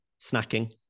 Snacking